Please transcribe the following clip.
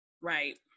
right